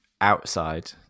outside